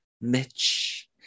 Mitch